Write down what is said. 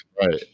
Right